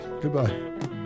Goodbye